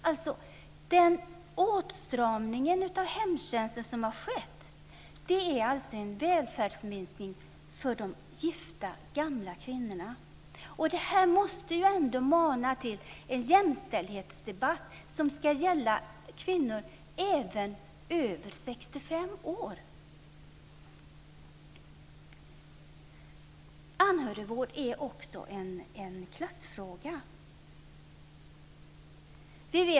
Alltså är den åtstramning av hemtjänsten som har skett en välfärdsminskning för de gifta gamla kvinnorna. Det här måste ändå mana till en jämställdhetsdebatt som ska gälla även kvinnor över 65 år. Anhörigvård är också en klassfråga.